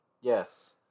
Yes